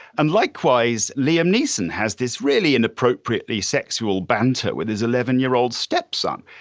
and likewise, liam neeson has this really and appropriately sexual banter with his eleven year old stepson.